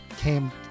came